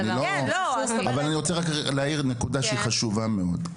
אני רוצה רק להעיר נקודה שהיא חשובה מאוד: